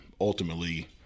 ultimately